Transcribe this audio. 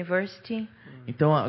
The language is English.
então